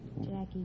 Jackie